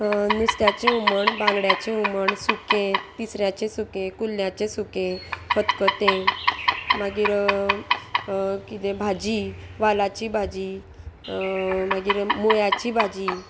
नुस्त्याचें हुमण बांगड्याचें हुमण सुकें तिसऱ्याचें सुकें कुल्ल्याचें सुकें खतखतें मागीर कितें भाजी वालाची भाजी मागीर मुळ्याची भाजी